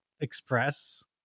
Express